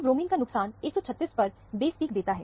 तो ब्रोमीन का नुकसान 136 पर बेस पीक देता है